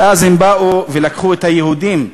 ואז הם באו ולקחו את היהודים,